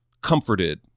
comforted